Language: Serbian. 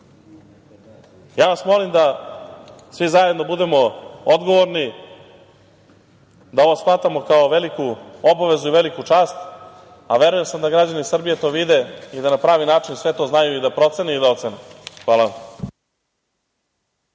vas molim da svi zajedno budemo odgovorni, da ovo shvatimo kao veliku obavezu i veliku čast, a verujem da građani Srbije to vide i da na pravi način sve to znaju i da procene i da ocene. Hvala